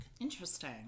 interesting